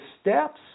steps